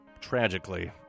tragically